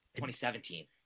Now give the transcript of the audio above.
2017